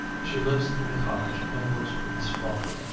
she lives in the cottage and works for miss swaffer.